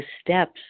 steps